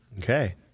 Okay